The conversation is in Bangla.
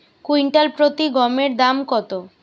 কুইন্টাল প্রতি গমের দাম কত?